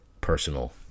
personal